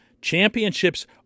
Championships